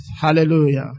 Hallelujah